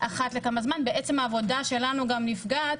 העבודה שלנו גם נפגעת,